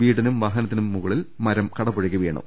വീടിനും വാഹനത്തിനും മുകളിൽ മരം കടപുഴകി വീണു